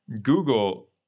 Google